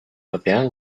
artean